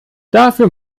dafür